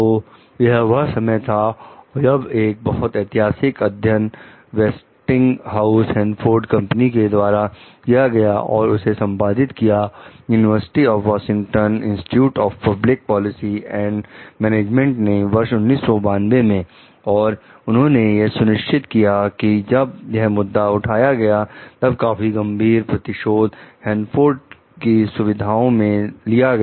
तो यह वह समय था जब एक बहुत ऐतिहासिक अध्ययन वेस्टिंगहाउस हैंनफोर्ड कंपनी के द्वारा किया गया और उसे संपादित किया university of Washington institute of public policy and management ने वर्ष 1992 में और उन्होंने यह सुनिश्चित किया कि जब यह मुद्दा उठाया गया तब काफी गंभीर प्रतिशोध हैंनफोर्ड की सुविधाओं में लिया गया